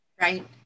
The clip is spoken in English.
Right